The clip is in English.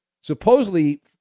supposedly